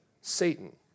Satan